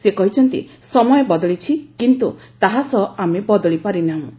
ସେ କହିଛନ୍ତି ସମୟ ବଦଳିଛି କିନ୍ତୁ ତାହା ସହ ଆମେ ବଦଳି ପାରିନାହୁଁ